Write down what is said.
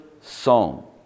song